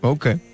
Okay